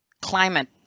climate